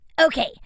Okay